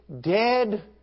dead